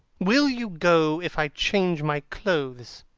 will you go if i change my clothes?